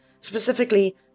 specifically